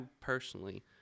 personally